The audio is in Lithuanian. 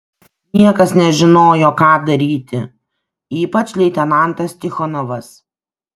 niekas nežinojo ką daryti ypač leitenantas tichonovas